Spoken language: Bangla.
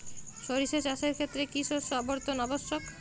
সরিষা চাষের ক্ষেত্রে কি শস্য আবর্তন আবশ্যক?